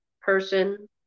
person